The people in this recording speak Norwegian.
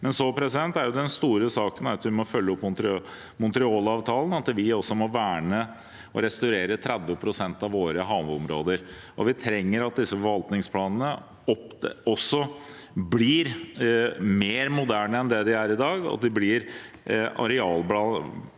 Men så er den store saken at vi må følge opp Kunming–Montreal-avtalen, og at vi også må verne og restaurere 30 pst. av våre havområder. Vi trenger at disse forvaltningsplanene blir mer moderne enn det de er i dag, og at det blir arealplaner